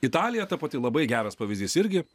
italija ta pati labai geras pavyzdys irgi